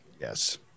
Yes